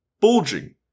bulging